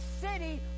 city